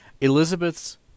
Elizabeth's